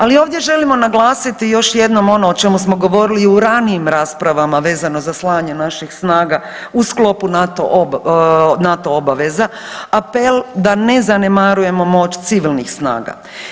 Ali ovdje želimo naglasiti još jednom ono o čemu smo govorili i u ranijim raspravama vezano za slanje naših snaga u sklopu NATO obaveza, apel da ne zanemarujemo moć civilnih snaga.